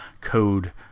code